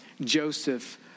Joseph